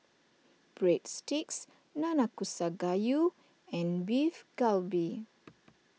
Breadsticks Nanakusa Gayu and Beef Galbi